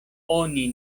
oni